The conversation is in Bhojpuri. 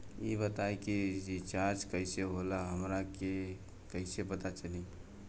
ई बताई कि रिचार्ज कइसे होला हमरा कइसे पता चली?